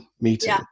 meeting